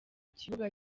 kibuga